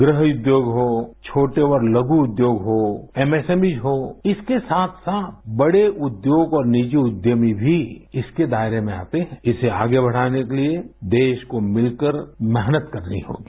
गृह उद्योग हो छोटे और लघु उद्योग हों एमएसएमई डैडें हों इसके साथ साथ बड़े उद्योग और निजी उद्यमी भी इसके दायरे में आते हैंद्य इसे आगे बढ़ाने के लिए देश को मिलकर मेहनत करनी होगी